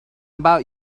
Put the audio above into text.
about